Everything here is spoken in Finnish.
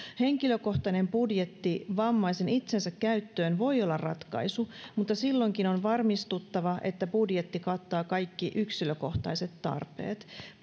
henkilökohtainen budjetti vammaisen itsensä käyttöön voi olla ratkaisu mutta silloinkin on varmistuttava siitä että budjetti kattaa kaikki yksilökohtaiset tarpeet